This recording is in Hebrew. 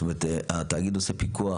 עכשיו, התאגיד עושה פיקוח